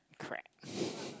crack